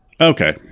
okay